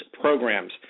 programs